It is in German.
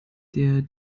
der